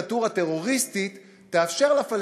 השתלטות עוינת טרוריסטית של אחד משלושת